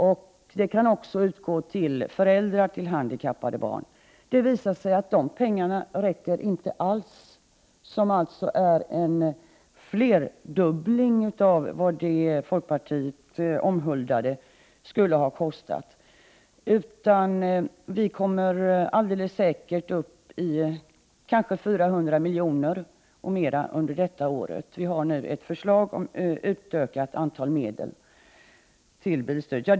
Det kan också utgå till föräldrar till handikappade barn. Det har visat sig att de anslagna pengarna inte alls räcker, trots att det är fråga om en flerdubbling av vad det av folkpartiet omhuldade förslaget skulle ha kostat. Kostnaderna kommer alldeles säkert att uppgå till 400 milj.kr. eller mer under detta år. Vi har nu ett förslag om ytterligare medel till bilstödet.